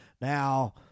Now